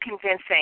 convincing